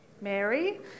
Mary